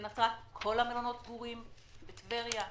בנצרת כל המלונות סגורים וכך גם בטבריה.